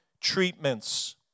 treatments